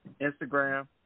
Instagram